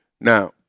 Now